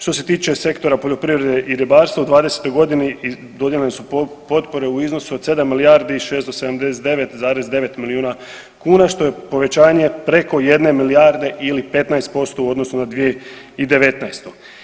Što se tiče sektora poljoprivrede i ribarstva u 2020.g. dodijeljene su potpore u iznosu od 7 milijardi 679, 9 milijuna kuna što je povećanje preko jedne milijarde ili 15% u odnosu na 2019.